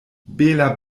bela